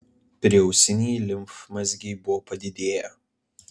prieausiniai limfmazgiai buvo padidėję